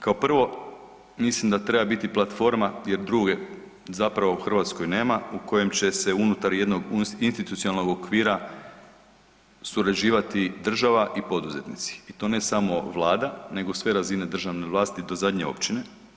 Kao prvo mislim da treba biti platforma jer druge zapravo u Hrvatskoj nema u kojem će se unutar jednog institucionalnog okvira surađivati država i poduzetnici i to ne samo Vlada nego sve razine državne vlasti do zadnje općine.